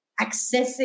accessing